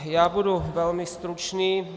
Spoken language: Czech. Já budu velmi stručný.